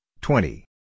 twenty